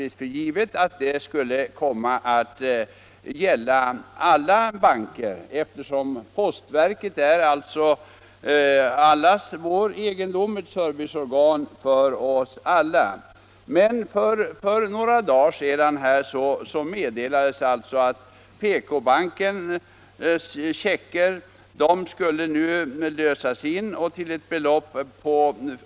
Man tog för givet att det skulle komma att gälla checkar från alla banker, eftersom postverket är allas vår egendom -— ett serviceorgan för oss alla. Men för några dagar sedan meddelades att PK-bankens checkar på ett belopp upp till 500 kr.